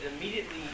immediately